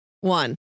one